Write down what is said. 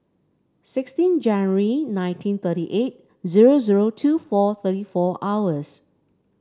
sixteen January nineteen thirty eight zero zero two four thirty four hours